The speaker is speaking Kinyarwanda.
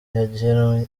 yagenwe